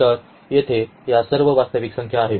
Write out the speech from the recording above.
तर येथे या सर्व वास्तविक संख्या आहेत